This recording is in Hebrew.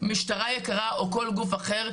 משטרה יקרה או כל גוף אחר,